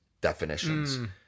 definitions